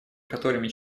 которыми